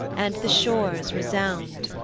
and the shores resound.